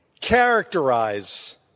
characterize